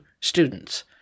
students